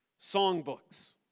songbooks